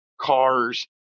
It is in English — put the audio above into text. cars